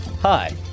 Hi